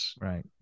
Right